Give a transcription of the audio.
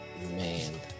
Man